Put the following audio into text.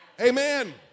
Amen